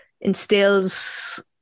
instills